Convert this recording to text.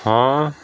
ਹਾਂ